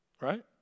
Right